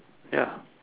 ya